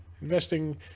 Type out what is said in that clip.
investing